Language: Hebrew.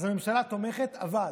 הממשלה תומכת, אבל.